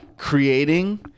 Creating